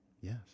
Yes